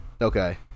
Okay